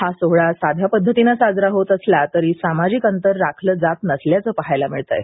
हा सोहळा साध्या पद्धतीनं साजरा होत असला असला तरी सामाजिक अंतर राखलं जात नसल्याचं पाहायला मिळत आहे